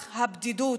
אחחחחחח, הבדידות.